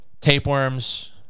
tapeworms